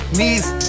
Knees